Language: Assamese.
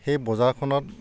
সেই বজাৰখনত